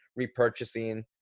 repurchasing